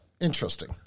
Interesting